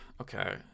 Okay